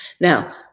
now